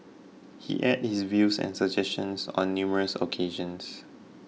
he aired his views and suggestions on numerous occasions